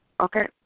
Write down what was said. Okay